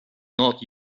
not